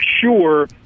sure